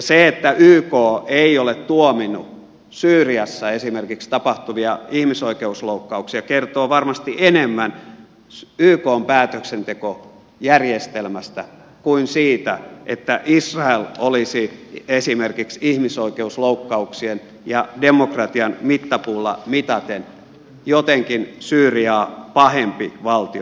se että yk ei ole tuominnut esimerkiksi syyriassa tapahtuvia ihmisoikeusloukkauksia kertoo varmasti enemmän ykn päätöksentekojärjestelmästä kuin siitä että israel olisi esimerkiksi ihmisoikeusloukkauksien ja demokratian mittapuulla mitaten jotenkin syyriaa pahempi valtio